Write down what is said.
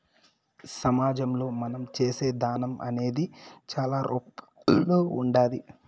సమాజంలో మనం చేసే దానం అనేది చాలా రూపాల్లో ఉంటాది